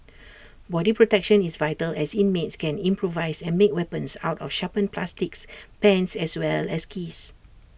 body protection is vital as inmates can improvise and make weapons out of sharpened plastics pens as well as keys